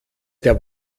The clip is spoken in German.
der